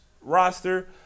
roster